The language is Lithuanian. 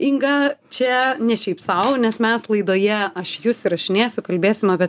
inga čia ne šiaip sau nes mes laidoje aš jus įrašinėsiu kalbėsim apie